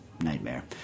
nightmare